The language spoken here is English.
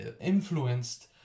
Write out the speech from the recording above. influenced